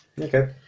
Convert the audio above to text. Okay